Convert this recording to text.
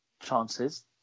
chances